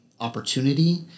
opportunity –